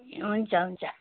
ए हुन्छ हुन्छ